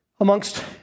amongst